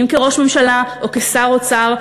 אם כראש ממשלה או כשר אוצר,